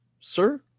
sir